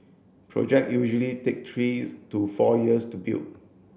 project usually take three to four years to build